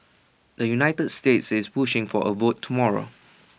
the united states is pushing for A vote tomorrow